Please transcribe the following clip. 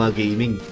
gaming